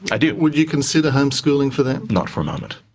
i do. would you consider homeschooling for them? not for a moment.